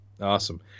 awesome